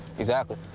exactly.